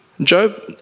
Job